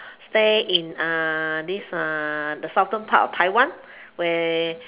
stay in this the southern part of Taiwan where